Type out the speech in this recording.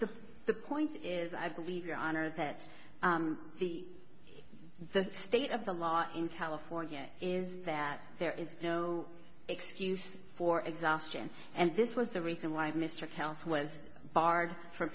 the the point is i believe your honor that the the state of the law in california is that there is no excuse for exhaustion and this was the reason why mr kelso was barred f